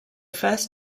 first